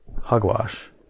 hogwash